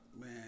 man